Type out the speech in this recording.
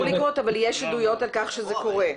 אבל יש עדויות על כך שזה קורה.